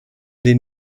den